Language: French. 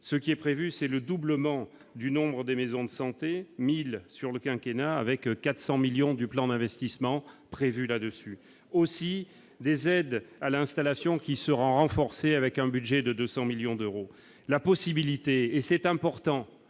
ce qui est prévu, c'est le doublement du nombre des maisons de santé 1000 sur le quinquennat avec 400 millions du plan d'investissement prévu là-dessus aussi des aides à l'installation qui sera renforcée, avec un budget de 200 millions d'euros la possibilité et c'est important